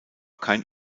kein